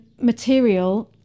material